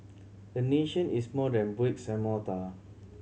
a nation is more than bricks and mortar